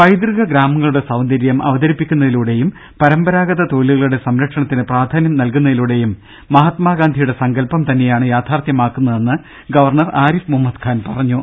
പൈതൃക ഗ്രാമങ്ങളുടെ സൌന്ദരൃം അവതരിപ്പിക്കുന്നതിലൂടെയും പരമ്പരാഗത തൊഴിലുകളുടെ സംരക്ഷണത്തിന് പ്രാധാന്യം നൽകുന്നതിലൂടെയും മഹാത്മാഗാന്ധിയുടെ സങ്കൽപം തന്നെയാണ് യാഥാർഥ്യമാക്കുന്നതെന്ന് ഗവർണർ ആരിഫ് മുഹമ്മദ് ഖാൻ പറഞ്ഞു